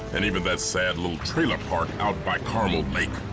and even that sad little trailer park out by caramel lake.